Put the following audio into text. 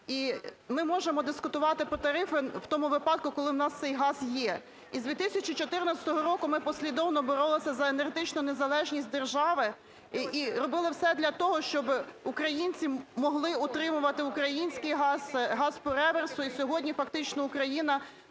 І ми можемо дискутувати по тарифах в тому випадку, коли в нас цей газ є. Із 2014 року ми послідовно боролися за енергетичну незалежність держави і робили все для того, щоби українці могли отримувати український газ, газ по реверсу. І сьогодні фактично Україна